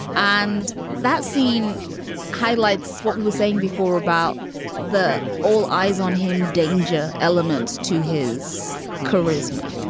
and that scene highlights what we were saying before about the all eyes on him danger element to his charisma.